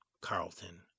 Carlton